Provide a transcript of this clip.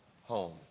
home